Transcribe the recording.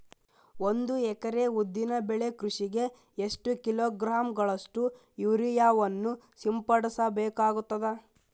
ಒಂದು ಎಕರೆ ಉದ್ದಿನ ಬೆಳೆ ಕೃಷಿಗೆ ಎಷ್ಟು ಕಿಲೋಗ್ರಾಂ ಗಳಷ್ಟು ಯೂರಿಯಾವನ್ನು ಸಿಂಪಡಸ ಬೇಕಾಗತದಾ?